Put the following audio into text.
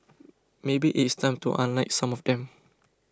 maybe it is time to unlike some of them